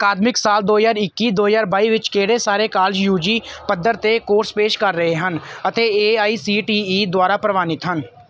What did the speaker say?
ਅਕਾਦਮਿਕ ਸਾਲ ਦੋ ਹਜ਼ਾਰ ਇੱਕੀ ਦੋ ਹਜ਼ਾਰ ਬਾਈ ਵਿੱਚ ਕਿਹੜੇ ਸਾਰੇ ਕਾਲਜ ਯੂ ਜੀ ਪੱਧਰ 'ਤੇ ਕੋਰਸ ਪੇਸ਼ ਕਰ ਰਹੇ ਹਨ ਅਤੇ A I C T E ਦੁਆਰਾ ਪ੍ਰਵਾਨਿਤ ਹਨ